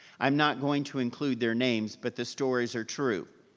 i'm not going to include their names, but the stories are true.